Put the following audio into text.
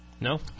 No